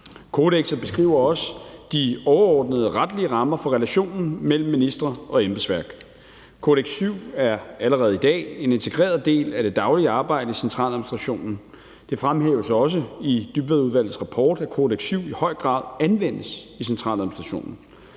Kodekset beskriver også de overordnede retlige rammer for relationen mellem ministre og embedsværk. »Kodex VII« er allerede i dag en integreret del af det daglige arbejde i centraladministrationen. Det fremhæves også i Dybvadudvalgets rapport, at »Kodex VII« i høj grad anvendes i centraladministrationen.